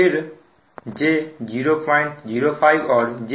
फिर j005 और j02